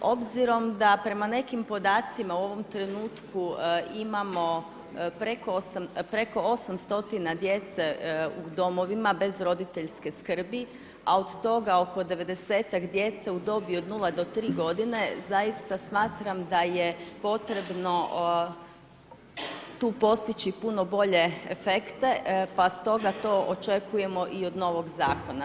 Obzirom da prema nekim podacima u ovom trenutku imamo preko 800-tina djece u domovima, bez roditeljske skrbi, a od toga oko 90-tak djece u dobi od 0 do 3 godine, zaista smatram da je potrebno tu postići puno bolje efekte, pa stoga to očekujemo i od novoga zakona.